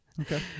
okay